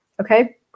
okay